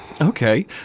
Okay